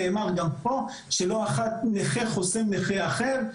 נאמר פה גם שלא אחת נכה חוסם נכה אחר,